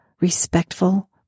respectful